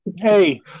hey